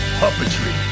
puppetry